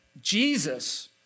Jesus